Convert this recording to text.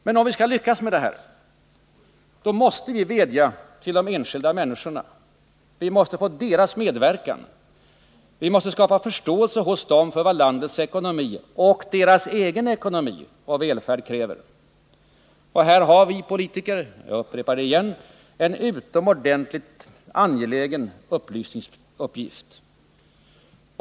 Men om vi skall lyckas med det måste vi vädja till de enskilda människorna. Vi måste få deras medverkan. Vi måste skapa förståelse hos dem för vad landets ekonomi och deras egen ekonomi och välfärd kräver. Här har vi politiker — jag upprepar det — en utomordentligt angelägen upplysningsuppgift.